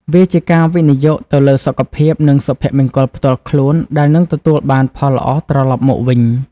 វាជាការវិនិយោគទៅលើសុខភាព និងសុភមង្គលផ្ទាល់ខ្លួនដែលនឹងទទួលបានផលល្អត្រឡប់មកវិញ។